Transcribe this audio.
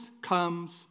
comes